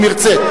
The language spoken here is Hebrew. אם ירצה.